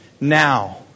now